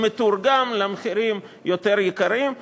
שמתורגם למחירים יותר יקרים.